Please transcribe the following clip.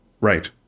Right